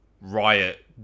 Riot